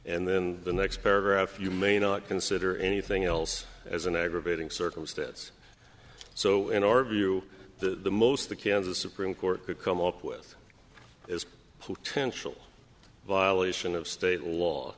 and then the next paragraph you may not consider anything else as an aggravating circumstance so in your view the most the kansas supreme court could come up with as a potential violation of state law